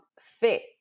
Fit